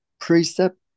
precept